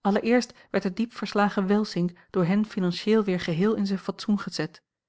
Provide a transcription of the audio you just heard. allereerst werd de diep verslagen welsink door hen financieel weer geheel in zijn fatsoen gezet